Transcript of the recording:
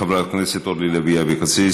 חברת הכנסת אורלי לוי אבקסיס,